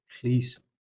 please